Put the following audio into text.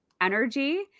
energy